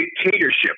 dictatorship